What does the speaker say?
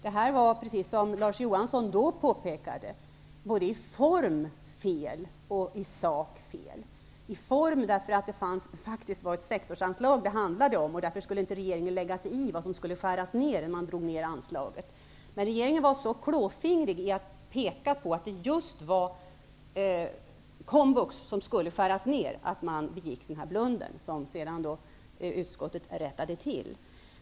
Detta var precis som Larz Johansson då påpekade fel både i form och i sak, i form därför att det faktiskt handlade om ett sektorsanslag och regeringen därför inte skulle lägga sig i vad som skulle skäras ner om man minskade anslaget. Men regeringen var så klåfingrig och pekade på att det just var komvux som skulle skäras ner att man begick denna blunder, som utskottet sedan rättade till.